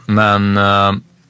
men